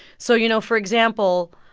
so, you know, for example,